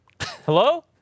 Hello